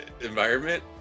environment